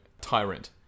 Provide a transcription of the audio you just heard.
tyrant